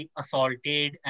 assaulted